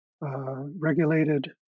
regulated